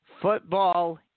football